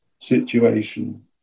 situation